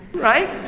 right?